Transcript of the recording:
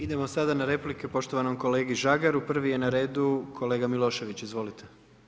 Idemo sada na replike poštovanom kolegi Žagaru, prvi je na redu kolega Milošević, izvolite.